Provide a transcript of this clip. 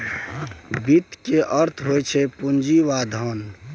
वित्त केर अर्थ होइ छै पुंजी वा धन